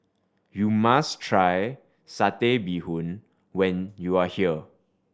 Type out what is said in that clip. you must try Satay Bee Hoon when you are here